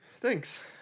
thanks